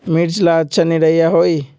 मिर्च ला अच्छा निरैया होई?